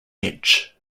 edge